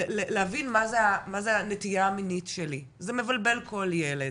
להבין מה זה הנטייה המינית שלי, זה מבלבל כל ילד